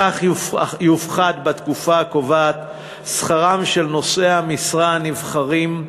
כך יופחת בתקופה הקובעת שכרם של נושאי המשרה הנבחרים,